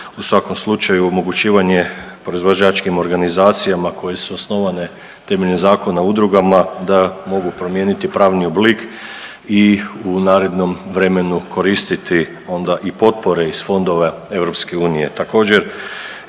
u svakom slučaju omogućivanje proizvođačkim organizacijama koje su osnovane temeljem Zakona o udrugama da mogu promijeniti pravni oblik i u narednom vremenu koristiti onda i potpore iz fondova EU.